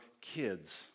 kids